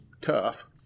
tough